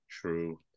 True